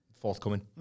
forthcoming